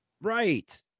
Right